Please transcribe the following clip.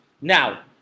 now